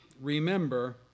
remember